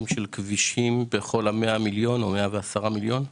של כבישים ייסללו בכל ה-110 מיליון שקל?